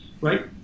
right